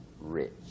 rich